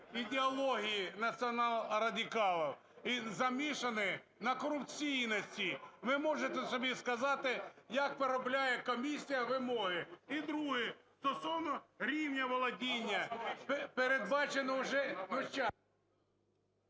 ідеології націонал-радикалів і замішане на корупційності. Ви можете собі сказати, як виробляє комісія вимоги? І друге: стосовно рівня володіння. Передбачено вже… (Шум